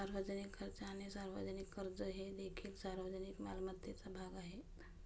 सार्वजनिक खर्च आणि सार्वजनिक कर्ज हे देखील सार्वजनिक मालमत्तेचा भाग आहेत